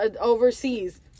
overseas